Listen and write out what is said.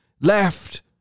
Left